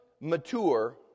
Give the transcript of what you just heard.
mature